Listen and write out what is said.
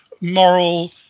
moral